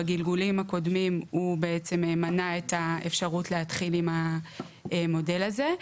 בגלגולים הקודמים הוא בעצם מנע את האפשרות להתחיל עם המודל הזה.